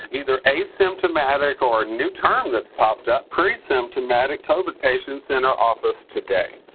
either asymptomatic, or a new term that's popped up, presymptomatic covid patients in our office today.